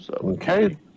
Okay